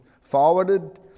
Forwarded